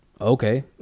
okay